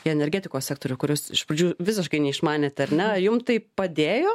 į energetikos sektorių kur jūs iš pradžių visiškai neišmanėt ar ne jum tai padėjo